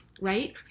right